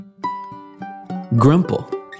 Grumple